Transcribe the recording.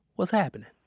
what's happening?